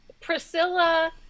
priscilla